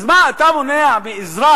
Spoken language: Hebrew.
אז מה, אתה מונע מאזרח